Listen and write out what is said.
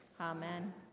Amen